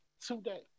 today